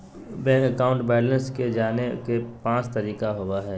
bank account balance के जाने के पांच तरीका होबो हइ